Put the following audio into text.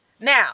Now